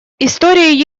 история